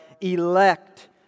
elect